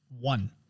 One